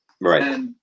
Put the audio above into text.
right